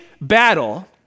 battle